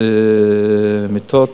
מיטות